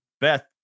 Beth